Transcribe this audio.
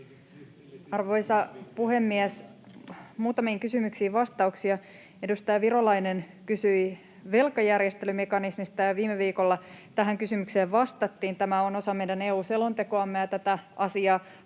Arvoisa puhemies! Muutamiin kysymyksiin vastauksia. Edustaja Virolainen kysyi velkajärjestelymekanismista, ja viime viikolla tähän kysymykseen vastattiin. Tämä on osa meidän EU-selontekoamme, ja tätä asiaa